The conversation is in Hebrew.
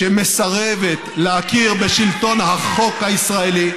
שמסרבת להכיר בשלטון החוק הישראלי,